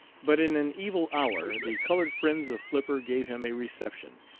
but in an evil hour the colored friends of flipper gave him a reception,